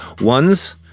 ones